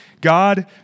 God